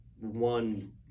one